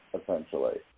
essentially